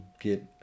get